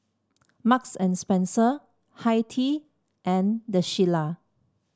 Marks and Spencer Hi Tea and The Shilla